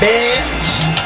Bitch